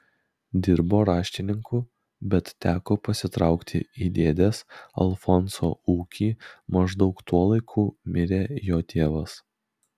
dirbo raštininku bet teko pasitraukti į dėdės alfonso ūkį maždaug tuo laiku mirė jo tėvas